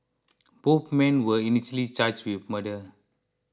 both men were initially charged with murder